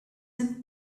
and